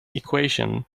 equation